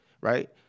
right